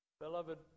Beloved